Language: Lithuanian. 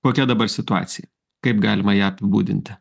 kokia dabar situacija kaip galima ją apibūdinti